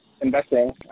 investing